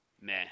meh